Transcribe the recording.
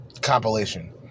compilation